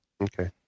Okay